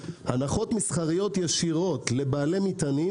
הנחות מסחריות ישירות לבעלי מטענים